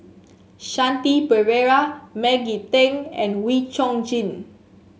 Shanti Pereira Maggie Teng and Wee Chong Jin